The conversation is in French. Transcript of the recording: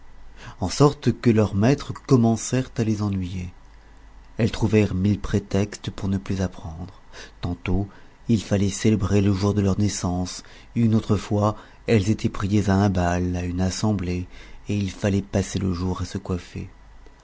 en sorte que leurs maîtres commencèrent à les ennuyer elles trouvèrent mille prétextes pour ne plus apprendre tantôt il fallait célébrer le jour de leur naissance une autrefois elles étaient priées à un bal à une assemblée et il fallait passer le jour à se coiffer